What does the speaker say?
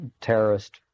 terrorist